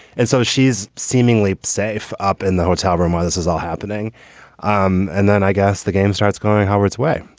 and so she's seemingly safe up in the hotel room while this is all happening um and then i guess the game starts going howards way,